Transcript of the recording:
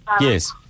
Yes